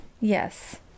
Yes